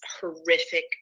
horrific